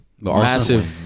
massive